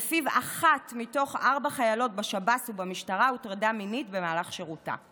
שלפיו אחת מתוך ארבע חיילות בשב"ס ובמשטרה הוטרדה מינית במהלך שירותה.